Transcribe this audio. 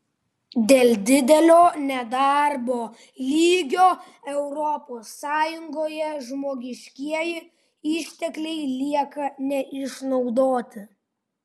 dėl didelio nedarbo lygio europos sąjungoje žmogiškieji ištekliai lieka neišnaudoti